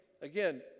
again